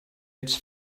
its